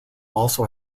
also